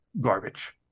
garbage